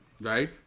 Right